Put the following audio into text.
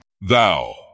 Thou